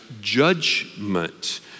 judgment